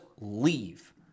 leave